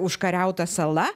užkariauta sala